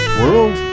world